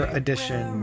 edition